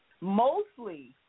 mostly